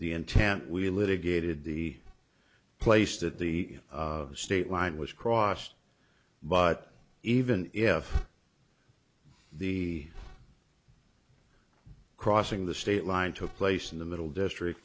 the intent we litigated the place that the of state line was crossed but even if the crossing the state line took place in the middle district